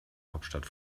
hauptstadt